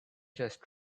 just